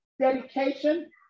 dedication